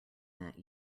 that